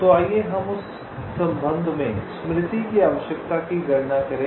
तो आइए हम उस संबंध में स्मृति की आवश्यकता की गणना करें